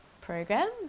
program